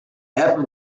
half